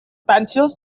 pencils